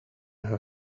her